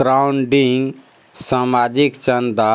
crowdfunding सामाजिक चन्दा